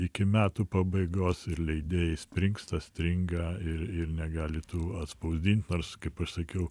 iki metų pabaigos ir leidėjai springsta stringa ir ir negali tų atspausdint nors kaip aš sakiau